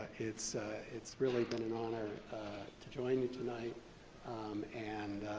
it's it's really been an honor to join you tonight and,